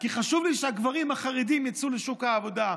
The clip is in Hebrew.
כי חשוב לי שהגברים החרדים יצאו לשוק העבודה.